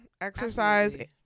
Exercise